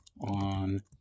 on